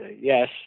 yes